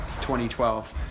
2012